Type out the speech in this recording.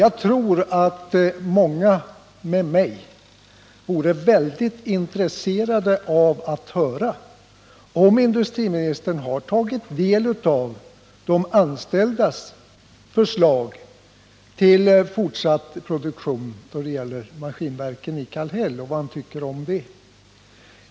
Jag tror att många med mig vore mycket intresserade av att höra om industriministern har studerat de anställdas förslag till fortsatt produktion vid Maskinverken i Kallhäll och vad han i så fall tycker om det.